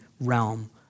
realm